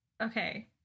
okay